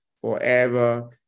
forever